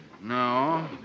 No